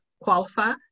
qualify